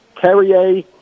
Carrier